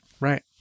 Right